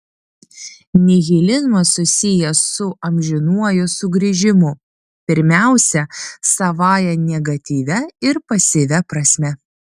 nihilizmas susijęs su amžinuoju sugrįžimu pirmiausia savąja negatyvia ir pasyvia prasme